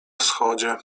wschodzie